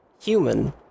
human